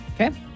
Okay